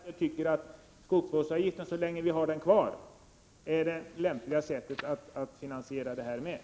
Herr talman! Jag vidhåller min uppfattning att en finansiering via skogsvårdsavgiften, så länge vi har den kvar, är den lämpligaste.